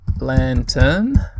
lantern